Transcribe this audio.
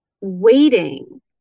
waiting